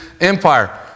empire